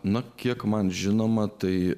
na kiek man žinoma tai